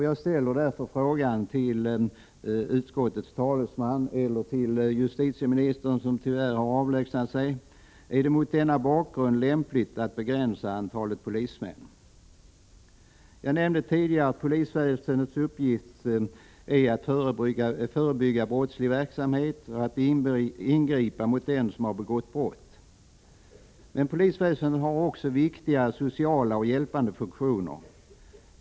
Jag ställer därför frågan till utskottets talesman eller till justitieministern, som tyvärr har avlägsnat sig: Är det mot denna bakgrund lämpligt att begränsa antalet polismän? Jag nämnde tidigare att polisväsendets uppgift är att förebygga brottslig verksamhet och att ingripa mot dem som har begått brott. Men polisväsendet har också viktiga sociala och hjälpande funktioner.